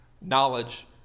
knowledge